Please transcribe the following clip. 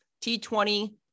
T20